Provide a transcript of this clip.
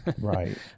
right